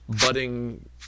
budding